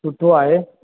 सुठो आहे